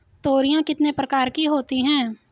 तोरियां कितने प्रकार की होती हैं?